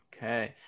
Okay